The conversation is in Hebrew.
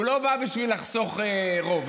הוא לא בא בשביל לחסוך רוב,